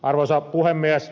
arvoisa puhemies